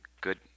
good